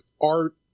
art